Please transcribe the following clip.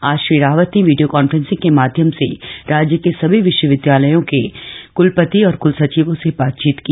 आज श्री रावत ने video conferencing के माध्यम से राज्य के सभी विश्वविद्यालयों के क्लपति और कुल सचिवों से बातचीत की